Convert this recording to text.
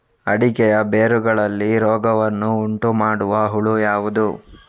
ಅಡಿಕೆಯ ಬೇರುಗಳಲ್ಲಿ ರೋಗವನ್ನು ಉಂಟುಮಾಡುವ ಹುಳು ಯಾವುದು?